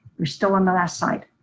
we're still on the left side.